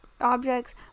objects